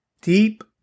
deep